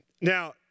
Now